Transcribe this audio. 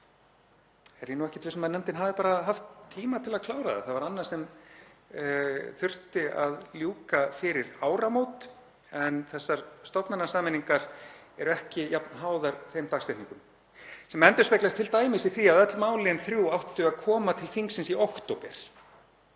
þá er ég ekkert viss um að nefndin hafi bara haft tíma til að klára það. Það var annað sem þurfti að ljúka fyrir áramót. Þessar stofnanasameiningar eru ekki jafn háðar þeim dagsetningum, sem endurspeglast t.d. í því að öll málin þrjú áttu að koma til þingsins í október.